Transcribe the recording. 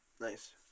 Nice